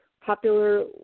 Popular